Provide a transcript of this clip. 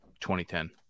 2010